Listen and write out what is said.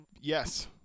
yes